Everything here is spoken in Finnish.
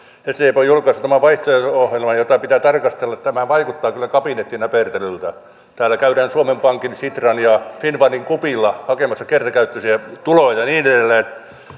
sdp on julkaissut tämän vaihtoehto ohjelman jota pitää tarkastella tämä vaikuttaa kyllä kabinettinäpertelyltä täällä käydään suomen pankin sitran ja finnfundin kupilla hakemassa kertakäyttöisiä tuloja ja niin edelleen